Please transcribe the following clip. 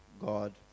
god